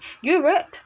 europe